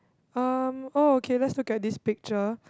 um oh okay let's look at this picture